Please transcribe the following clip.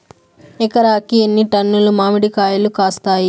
ఎకరాకి ఎన్ని టన్నులు మామిడి కాయలు కాస్తాయి?